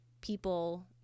people